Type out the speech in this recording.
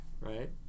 Right